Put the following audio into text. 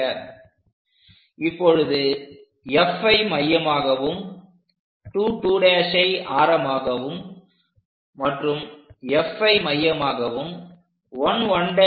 Refer Slide Time 1518 இப்பொழுது Fஐ மையமாகவும் 2 2 ஐ ஆரமாகவும் மற்றும் Fஐ மையமாகவும் 1 1